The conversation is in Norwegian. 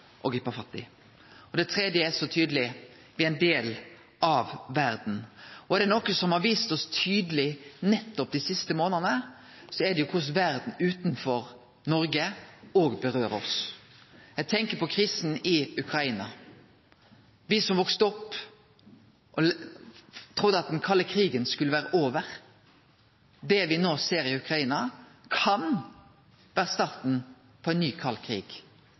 å gripe fatt i. Det tredje er så tydeleg: Me er ein del av verda. Er det noko som har blitt vist oss tydeleg nettopp i dei siste månadene, så er det korleis verda utanfor Noreg rører ved oss òg. Eg tenkjer på krisen i Ukraina. Me som vaks opp under han, trudde at den kalde krigen var over. Det me no ser i Ukraina, kan vere starten på